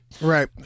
Right